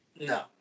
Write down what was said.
No